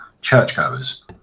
churchgoers